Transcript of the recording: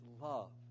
love